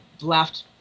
laughed